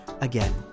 Again